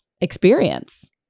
experience